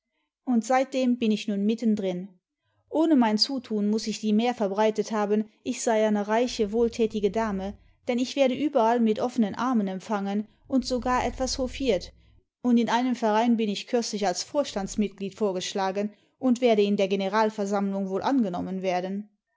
und seitdem bin ich nun n iitten drin ohne mein zutun muß sich die mär verbreitet haben ich sei eine reiche wohltätige dame denn ich werde überall mit offenen armen empfangen und sogar etwas hofiert und in einem verein bin idh kürzlich als vorstandsmitglied vorgeschlagen und werde in der generalversammlung wohl angenommen werden